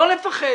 לא לפחד.